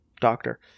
doctor